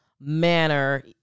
manner